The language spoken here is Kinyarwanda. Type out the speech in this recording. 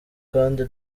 kandi